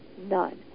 none